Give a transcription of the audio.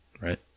right